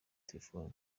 telefone